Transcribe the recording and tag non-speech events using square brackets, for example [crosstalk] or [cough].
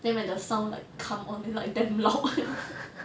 then when the sound like come on like damn loud [laughs]